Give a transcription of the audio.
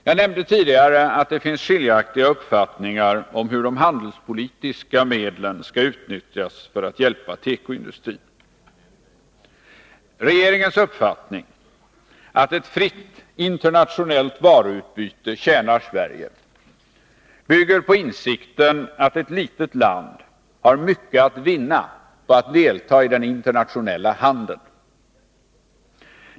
Jag nämnde tidigare att det finns skiljaktiga uppfattningar om hur de handelspolitiska medlen skall utnyttjas för att hjälpa tekoindustrin. Regeringens uppfattning — att ett fritt internationellt varuutbyte tjänar Sverige — bygger på insikten att ett litet land har mycket att vinna på att delta i den internationella handeln.